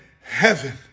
heaven